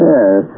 Yes